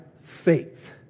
faith